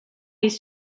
les